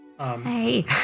Hey